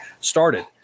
started